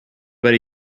but